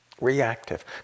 reactive